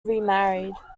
remarried